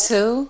Two